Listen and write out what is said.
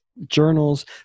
journals